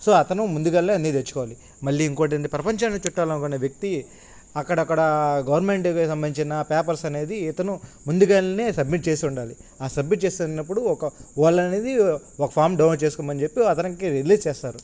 so అతను ముందుగానే అన్నీ తెచ్చుకోవాలి మళ్ళీ ఇంకొకటంటే ప్రపంచాాన్ని చుట్టాలనుకున్న వ్యక్తి అక్కడక్కడా గవర్నమెంట్వి సంబంధించిన పేపర్స్ అనేది ఇతను ముందుగాల్నే సబ్మిట్చేసుండాలి ఆ సబ్మిట్ చేస్తున్నప్పుడు ఒక వాళ్ళనేది ఒక ఫామ్ డౌన్లోడ్ చేసుకోమని చెప్పి అతనికి రిలీజ్ చేస్తారు